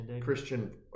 Christian